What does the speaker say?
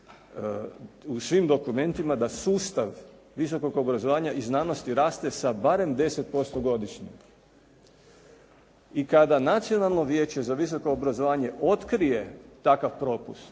u svim dokumentima da sustav visokog obrazovanja i znanosti raste sa barem 10% godišnje i kada Nacionalno vijeće za visoko obrazovanje otkrije takav propust